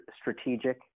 strategic